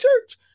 church